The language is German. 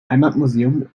heimatmuseum